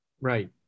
Right